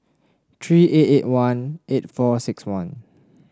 three eight eight one eight four six one